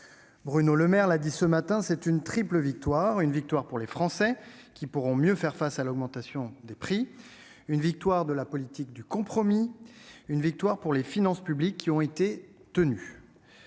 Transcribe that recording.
Bruno Le Maire l'a souligné ce matin, c'est une triple victoire : une victoire pour les Français, qui pourront mieux faire face à l'augmentation des prix ; une victoire de la politique du compromis ; enfin, une victoire pour les finances publiques, qui ont été tenues.